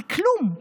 היא כלום,